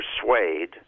persuade